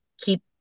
keep